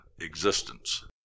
Existence